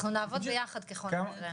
אנחנו נעבוד ביחד ככול הנראה.